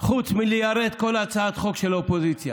חוץ מליירט כל הצעת חוק של האופוזיציה.